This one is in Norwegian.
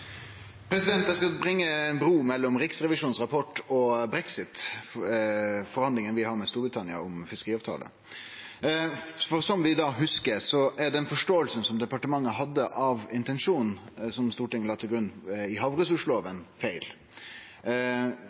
Eg skal byggje bru mellom Riksrevisjonens rapport og brexit, forhandlingane vi har med Storbritannia om fiskeriavtale. Som vi hugsar, er den forståinga som departementet hadde av intensjonen som Stortinget la til grunn i havressursloven, feil.